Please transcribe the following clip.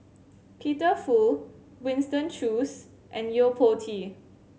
Peter Fu Winston Choos and Yo Po Tee